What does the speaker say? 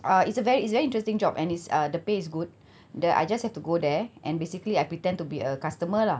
uh it's a very it's a very interesting job and it's uh the pay is good the I just have to go there and basically I pretend to be a customer lah